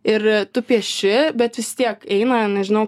ir tu pieši bet vis tiek eina nežinau